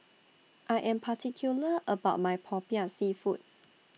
I Am particular about My Popiah Seafood